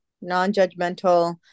non-judgmental